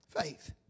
Faith